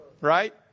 Right